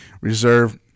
reserve